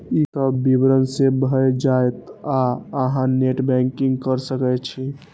ई सब विवरण सेव भए जायत आ अहां नेट बैंकिंग कैर सकै छी